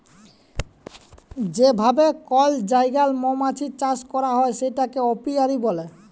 যে ভাবে কল জায়গায় মমাছির চাষ ক্যরা হ্যয় সেটাকে অপিয়ারী ব্যলে